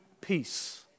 peace